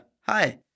hi